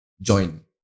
join